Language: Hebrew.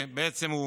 בעצם זה